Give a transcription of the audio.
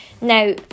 Now